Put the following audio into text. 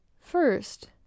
first